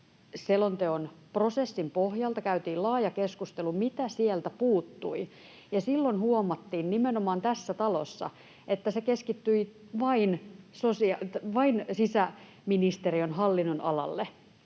selonteon prosessin pohjalta käytiin laaja keskustelu, mitä sieltä puuttui, ja silloin huomattiin nimenomaan tässä talossa, että se keskittyi vain sisäministeriön hallinnonalalle.